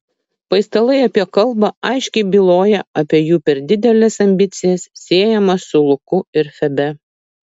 paistalai apie kalbą aiškiai byloja apie jų per dideles ambicijas siejamas su luku ir febe